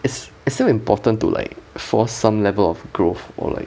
is is still important to like for some level of growth or like